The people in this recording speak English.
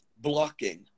blocking